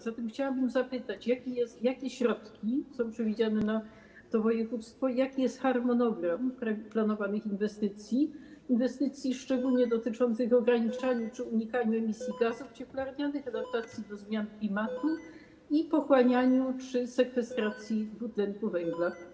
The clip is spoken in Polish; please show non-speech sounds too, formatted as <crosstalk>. Zatem chciałabym zapytać, jakie środki są przewidziane na to województwo i jaki jest harmonogram planowanych inwestycji, <noise> szczególnie dotyczących ograniczania czy unikania emisji gazów cieplarnianych, adaptacji do zmian klimatu i pochłaniania czy sekwestracji dwutlenku węgla.